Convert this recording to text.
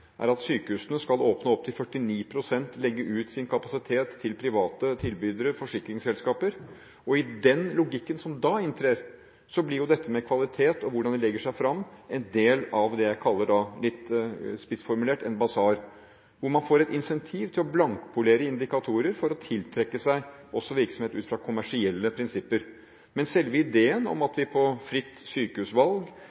er at sykehusene skal åpne opp til 49 pst., legge ut sin kapasitet til private tilbydere og forsikringsselskaper. I den logikken som da inntrer, blir dette med kvalitet og hvordan man legger seg fram en del av det jeg litt spissformulert kaller en «basar», hvor man får et insentiv til å blankpolere indikatorer for å tiltrekke seg virksomhet også ut fra kommersielle prinsipper. Men selve ideen om